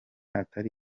atari